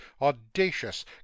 audacious